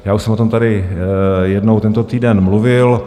Já už jsem o tom tady jednou tento týden mluvil.